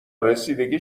رسیدگی